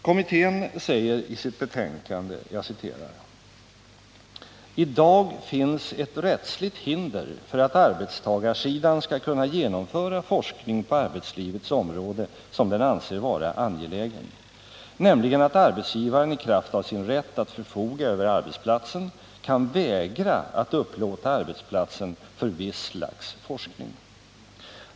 Kommittén säger i sitt betänkande: ”I dag finns ett rättsligt hinder för att arbetstagarsidan skall kunna genomföra forskning på arbetslivets område som den anser vara angelägen, nämligen att arbetsgivaren i kraft av sin rätt att förfoga över arbetsplatsen kan vägra att upplåta arbetsplatsen för visst slags forskning.